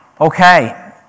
Okay